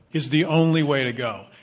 is the only way to go.